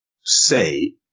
say